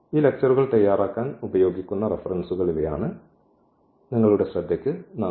ഈ ലെക്ച്ചറുകൾ തയ്യാറാക്കാൻ ഉപയോഗിക്കുന്ന റഫറൻസുകൾ ഇവയാണ് നിങ്ങളുടെ ശ്രദ്ധയ്ക്ക് നന്ദി